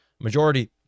majority